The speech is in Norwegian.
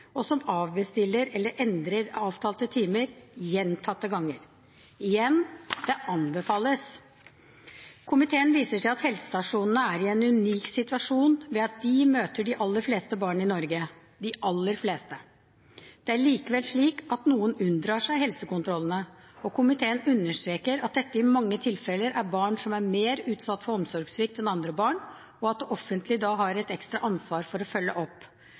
og som avbestiller eller endrer avtalte timer gjentatte ganger. Igjen: Det anbefales. Komiteen viser til at helsestasjonene er i en unik situasjon ved at de møter de aller fleste barn i Norge – de aller fleste. Det er likevel slik at noen unndrar seg helsekontrollene, og komiteen understreker at dette i mange tilfeller er barn som er mer utsatt for omsorgssvikt enn andre barn, og at det offentlige da har et ekstra ansvar for å følge opp.